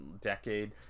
decade